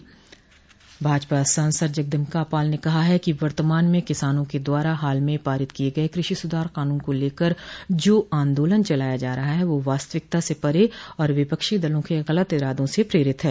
भाजपा सांसद जगदम्बिका पाल ने कहा है कि वर्तमान में किसानों के द्वारा हाल में पारित किये गये कृषि सुधार विधेयक को लेकर जो आन्दोलन चलाया जा रहा है वह वास्तविकता से परे और विपक्षी दलों के गलत इरादों से प्रेरित है